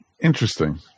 interesting